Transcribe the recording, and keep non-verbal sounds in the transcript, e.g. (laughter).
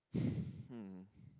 (breath) hmm